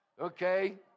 Okay